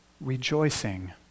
rejoicing